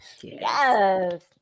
Yes